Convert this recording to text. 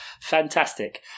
Fantastic